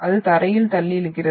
அது தரையில் தள்ளி இழுக்கிறது